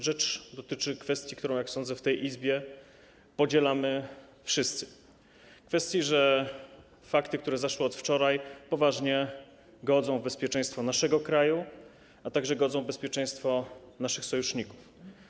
Rzecz dotyczy kwestii, w której zdanie, jak sądzę, w tej Izbie podzielamy wszyscy: fakty, sprawy, które zaszły od wczoraj, poważnie godzą w bezpieczeństwo naszego kraju, a także godzą w bezpieczeństwo naszych sojuszników.